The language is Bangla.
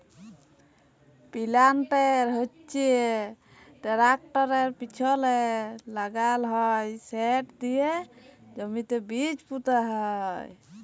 পিলান্টের হচ্যে টেরাকটরের পিছলে লাগাল হয় সেট দিয়ে জমিতে বীজ পুঁতা হয়